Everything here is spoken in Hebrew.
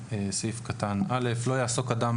"חיוב בתעודת הסמכה 2. (א)לא יעסוק אדם,